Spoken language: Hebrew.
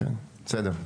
כן, בסדר.